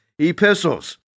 Epistles